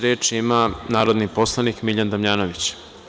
Reč ima narodni poslanik Miljan Damjanović.